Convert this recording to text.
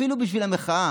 אפילו בשביל המחאה,